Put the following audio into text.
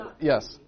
Yes